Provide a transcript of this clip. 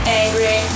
angry